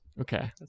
Okay